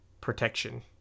protection